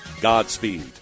Godspeed